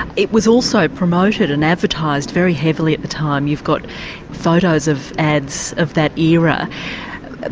and it was also promoted and advertised very heavily at the time, you've got photos of ads of that era